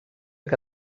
que